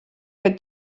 kad